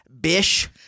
bish